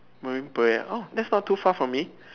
Marine Parade oh that's not too far from me